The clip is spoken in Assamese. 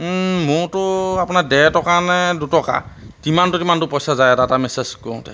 মোৰতো আপোনাৰ ডেৰ টকা নে দুটকা কিমানটো কিমানটো পইচা যায় এটা এটা মেছেজ কৰোঁতে